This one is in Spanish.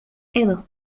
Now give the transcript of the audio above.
edo